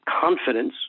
confidence